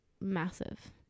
massive